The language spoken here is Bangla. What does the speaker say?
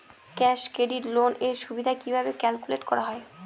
ক্যাশ ক্রেডিট লোন এর সুদ কিভাবে ক্যালকুলেট করা হয়?